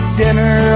dinner